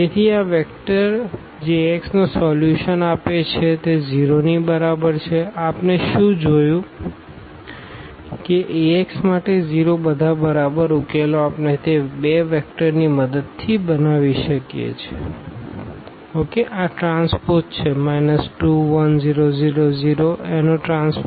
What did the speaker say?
તેથી આ વેક્ટર જે Axનો સોલ્યુશન આપે છે તે 0 ની બરાબર છે આપણે શું જોયું છે કે Ax માટે 0 બધા બરાબર ઉકેલો આપણે તે બે વેક્ટરની મદદથી બનાવી શકીએ છીએ 21000T 9